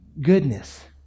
goodness